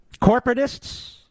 Corporatists